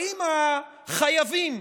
האם החייבים,